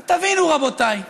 תבינו, רבותיי,